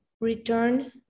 return